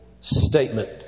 statement